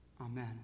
Amen